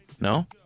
no